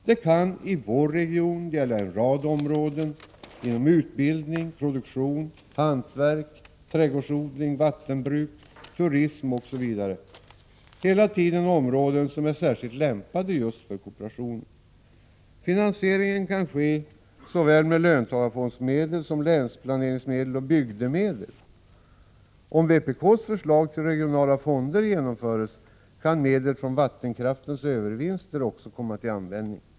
Det kan i vår region gälla en rad områden inom utbildning, produktion, hantverk, trädgårdsodling, vattenbruk, turism osv. — hela tiden områden som är särskilt lämpade för kooperation. Finansieringen kan ske såväl med löntagarfondsmedel som med länsplaneringsmedel och bygdemedel. Om vpk:s förslag till regionala fonder genomförs kan medel från vattenkraftens övervinster också komma till användning.